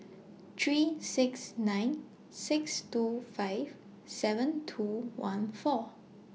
three six nine six two five seven two one four